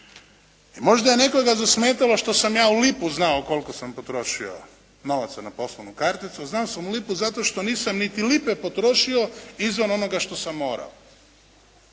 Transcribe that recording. I možda je nekoga zasmetalo što sam ja u lipu znao koliko sam potrošio novaca na poslovnu karticu, znao sam u lipu, zato što nisam niti lipe potrošio izvan onoga što sam morao.